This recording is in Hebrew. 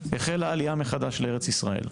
החלה עלייה מחדש לארץ-ישראל.